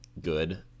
good